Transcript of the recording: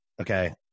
Okay